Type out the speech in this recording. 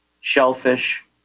shellfish